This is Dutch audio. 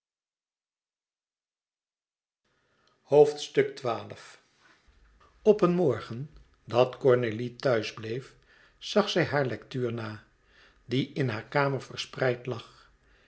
op een morgen dat cornélie thuis bleef zag zij hare lectuur na die in hare kamer verspreid lag